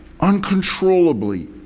uncontrollably